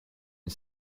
une